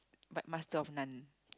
but master of none